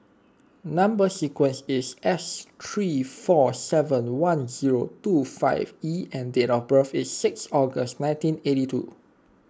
Number Sequence is S three four seven one zero two five E and date of birth is sixth August nineteen eighty two